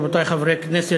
רבותי חברי הכנסת,